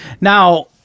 Now